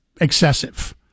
excessive